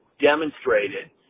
demonstrated